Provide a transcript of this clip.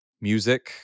music